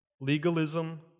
Legalism